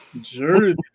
Jersey